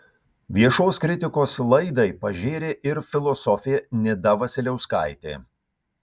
viešos kritikos laidai pažėrė ir filosofė nida vasiliauskaitė